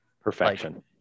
perfection